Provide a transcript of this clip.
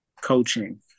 Coaching